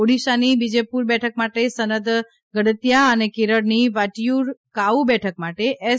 ઓડીશાની બીજેપુર બેઠક માટે સનત ગડતીયા અને કેરળની વાટીયુરકાવુ બેઠક માટે એસ